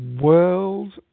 World